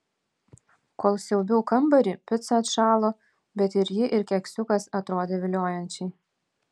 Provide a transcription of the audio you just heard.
kol siaubiau kambarį pica atšalo bet ir ji ir keksiukas atrodė viliojančiai